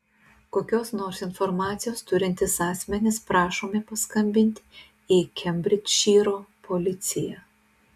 kokios nors informacijos turintys asmenys prašomi paskambinti į kembridžšyro policiją